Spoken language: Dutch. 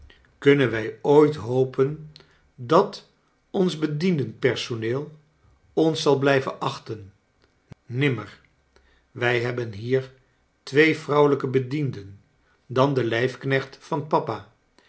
kunnen wij ooit hopen dat ons bediendenpersoneel ons zal blijven achten nimmer wij hebben hier twee vrouwelijke bedienden dan den lijfknecht van papa